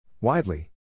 Widely